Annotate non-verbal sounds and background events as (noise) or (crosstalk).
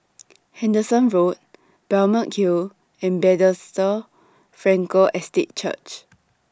(noise) Henderson Road Balmeg Hill and Bethesda Frankel Estate Church